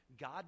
God